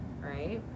Right